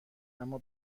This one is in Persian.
اما